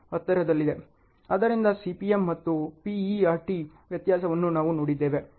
ಆದ್ದರಿಂದ CPM ಮತ್ತು PERT ವ್ಯತ್ಯಾಸವನ್ನು ನಾವು ನೋಡಿದ್ದೇವೆ